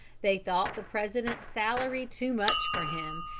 they thought the president's salary too much for him,